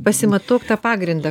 pasimatuok tą pagrindą